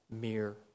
mere